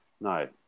No